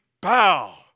Bow